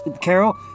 Carol